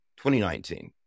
2019